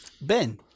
Ben